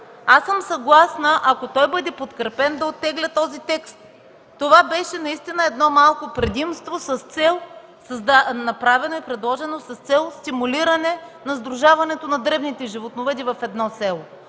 закона, съгласна съм, ако той бъде подкрепен, да оттегля този текст. Това беше наистина едно малко предимство, което беше направено и предложено с цел стимулиране на сдружаването на дребните животновъди в едно село.